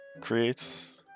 Creates